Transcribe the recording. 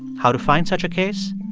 how to find such a case?